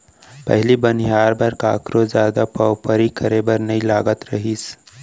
पहिली बनिहार बर कखरो जादा पवपरी करे बर नइ लागत रहिस